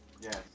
yes